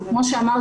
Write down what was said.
כי כמו שאמרתם,